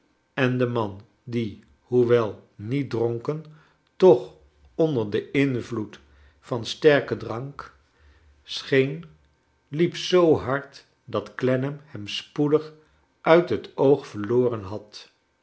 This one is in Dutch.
en de man die hoewel niet dronken toch onder den invloed van sterken i drank scheen liep zoo hard dat clennam hem spoedig uit het oog verloren had